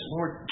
Lord